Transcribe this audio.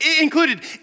included